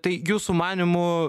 tai jūsų manymu